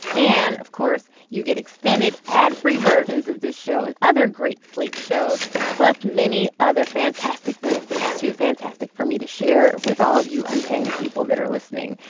and of course you get extended ad free versions of this show and other great slate shows plus many other fantastic benefits too fantastic for me to share with all of you on paying people that are listening.